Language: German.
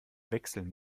wechseln